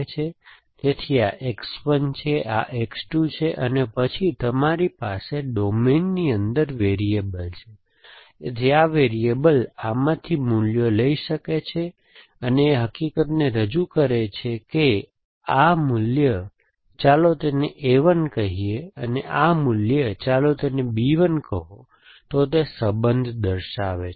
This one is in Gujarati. તેથી આ X 1 છે આ X 2 છે અને પછી તમારી પાસે ડોમેન્સની અંદર વેરીએબલ છે તેથી આ વેરીએબલ આમાંથી મૂલ્યો લઈ શકે છે અને એ હકીકતને રજૂ કરે છે કે આ મૂલ્ય ચાલો તેને A 1 કહીએ અને આ મૂલ્ય ચાલો તેને B 1 કહો તો તે સબંધ દર્શાવે છે